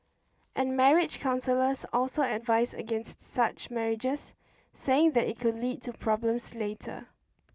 and marriage counsellors also advise against such marriages saying that it could lead to problems later